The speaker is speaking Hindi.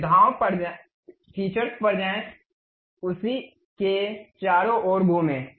सुविधाओं पर जाएं उसी के चारों ओर घूमें